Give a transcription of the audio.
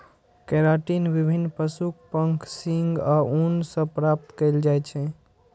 keratin विभिन्न पशुक पंख, सींग आ ऊन सं प्राप्त कैल जाइ छै